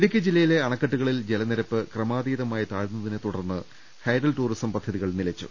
ഇടുക്കി ജില്ലയിലെ അണക്കെട്ടുകളിൽ ജലനിരപ്പ് ക്രമാതീതമായി താഴ് ന്നതിനെ തുടർന്ന് ഹൈഡൽ ടൂറിസം പദ്ധതികൾ നിലച്ചു